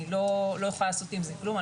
אני לא אוכל לעשות עם זה כלום,